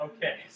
Okay